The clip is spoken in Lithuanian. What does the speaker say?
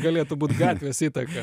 galėtų būt gatvės įtaka